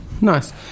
nice